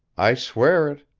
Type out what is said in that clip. i swear it!